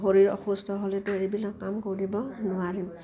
শৰীৰ অসুস্থ হ'লেতো এইবিলাক কাম কৰিব নোৱাৰিম